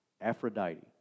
Aphrodite